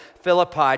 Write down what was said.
Philippi